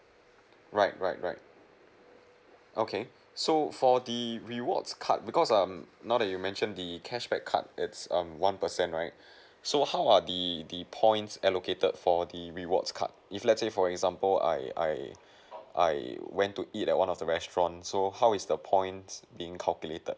right right right okay so for the rewards card because um now that you mention the cashback card that's um one person right so how uh the the points allocated for the rewards card if let's say for example I I I went to eat that one of the restaurants so how is the points being calculated